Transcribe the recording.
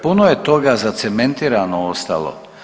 Puno je toga zacementirano ostalo.